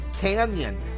Canyon